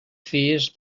fies